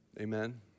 Amen